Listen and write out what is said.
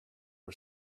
for